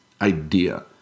idea